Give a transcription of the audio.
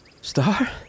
Star